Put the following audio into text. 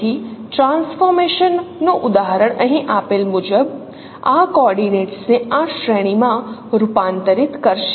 તેથી ટ્રાન્સફોર્મેશન નું ઉદાહરણ અહીં આપેલ મુજબ આ કોઓર્ડિનેટ્સ ને આ શ્રેણી માં રૂપાંતરિત કરશે